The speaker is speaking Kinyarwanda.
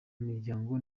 miryango